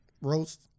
Roast